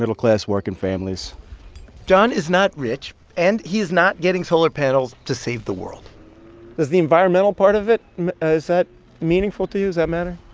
middle-class working families john is not rich, and he is not getting solar panels to save the world does the environmental part of it is that meaningful to you? does that matter?